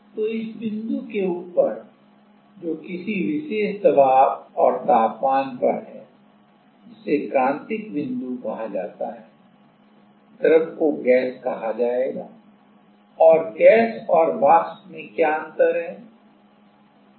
तो इस बिंदु से ऊपर जो किसी विशेष दबाव और तापमान पर है जिसे क्रांतिक बिंदु कहा जाता है द्रव को गैस कहा जाएगा और गैस और वाष्प में क्या अंतर है